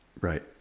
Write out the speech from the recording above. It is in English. Right